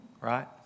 right